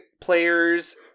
players